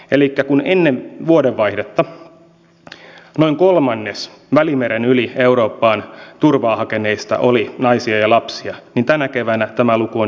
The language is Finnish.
elikkä kun ennen vuodenvaihdetta noin kolmannes välimeren yli eurooppaan turvaa hakeneista oli naisia ja lapsia niin tänä keväänä tämä luku on jo yli puolet